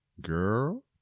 girl